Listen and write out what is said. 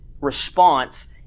response